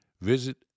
visit